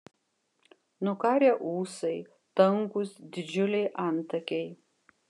nukarę ūsai tankūs didžiuliai antakiai